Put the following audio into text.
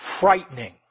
frightening